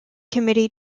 committee